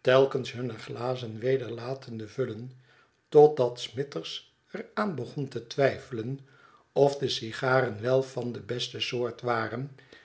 telkens hunne glazen weder latende vullen totdat smithers er aan begon te twijfelen of de sigaren wel van de beste soort waren